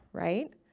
right,